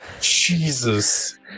Jesus